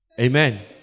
Amen